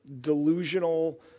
delusional